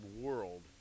world